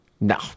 No